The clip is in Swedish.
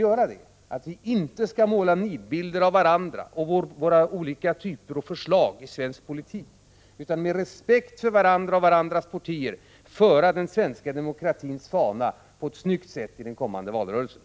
Låt oss hoppas att vi inte skall måla nidbilder av varandra och våra olika typer av förslag i svensk politik, utan med respekt för varandra och för varandras partier föra den svenska demokratins fana på ett snyggt sätt i den kommande valrörelsen.